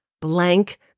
Blank